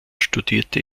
studierte